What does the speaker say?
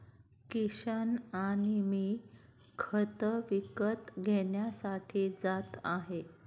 किशन आणि मी खत विकत घेण्यासाठी जात आहे